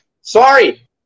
sorry